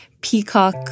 peacock